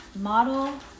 model